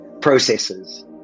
processes